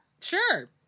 Sure